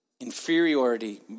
inferiority